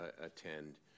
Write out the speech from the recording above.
attend